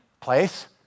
place